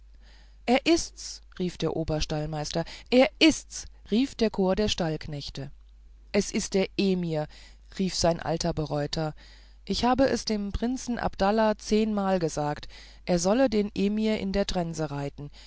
er ist's rief der oberstallmeister er ist's rief der chor der stallknechte es ist der emir rief ein alter bereuter ich habe es dem prinzen abdallah zehnmal gesagt er solle den emir in der trense reiten